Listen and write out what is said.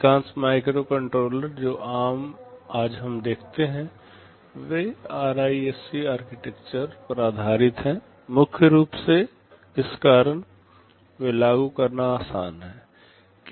अधिकांश माइक्रोकंट्रोलर जो आज हम देखते हैं वे आरआईएससी आर्किटेक्चर पर आधारित हैं मुख्य रूप से इस कारण वे लागू करना आसान है